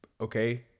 Okay